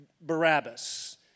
Barabbas